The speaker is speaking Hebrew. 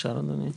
אדוני,